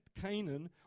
Canaan